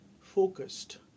focused